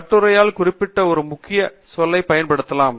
கட்டுரையால் குறிப்பிடப்பட்ட ஒரு முக்கிய சொல்லைப் பயன்படுத்தலாம்